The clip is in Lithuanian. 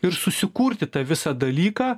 ir susikurti tą visą dalyką